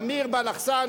אמיר בלחסן,